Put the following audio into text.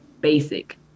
basic